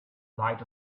light